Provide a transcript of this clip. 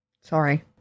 Sorry